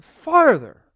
farther